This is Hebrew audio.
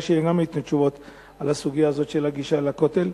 שייתנו תשובות על הסוגיה הזאת של הגישה לכותל.